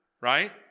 right